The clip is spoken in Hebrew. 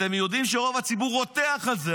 אתם יודעים שרוב הציבור רותח על זה.